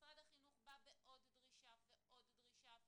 ומשרד החינוך בא בעוד דרישה ועוד דרישה,